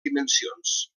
dimensions